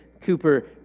Cooper